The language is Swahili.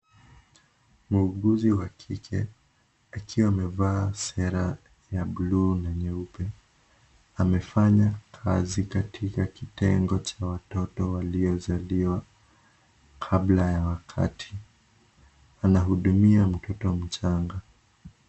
Muuguzi wa kike akiwa amevaa sare ya bluu na nyeupe, amefanya kazi katika kitengo cha watoto waliozaliwa kabla ya wakati. Anahudumia mtoto mchanga.